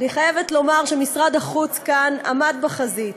אני חייבת לומר שמשרד החוץ כאן עמד בחזית,